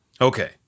Okay